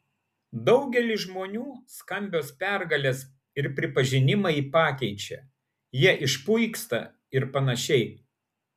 daugelį žmonių skambios pergalės ir pripažinimai pakeičia jie išpuiksta ir panašiai